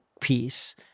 piece